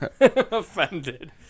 Offended